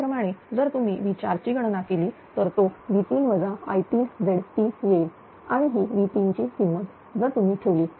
त्याचप्रमाणे जर तुम्ही V4 ची गणना केली तर तो V3 I 3Z3 येईल आणि ही V3 ची किंमत जर तुम्ही ठेवली